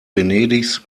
venedigs